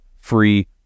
free